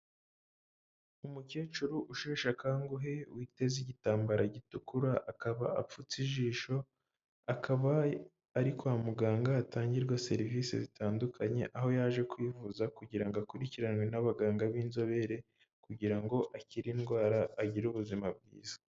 Umukecuru usheshe akanguhe witeze igitambaro gitukura akaba apfutse ijisho, akaba ari kwa muganga ahatangirwa serivisi zitandukanye, aho yaje kwivuza kugira ngo akurikiranwe n'abaganga b'inzobere, kugira ngo akire indwara agire ubuzima bwiza.